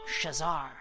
Shazar